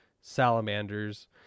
salamanders